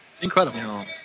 Incredible